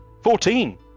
Fourteen